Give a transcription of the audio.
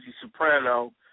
Soprano